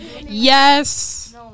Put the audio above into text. Yes